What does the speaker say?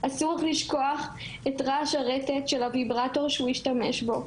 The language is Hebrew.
אסור לך לשכוח את רעש הרטט של הוויברטור שהוא השתמש בו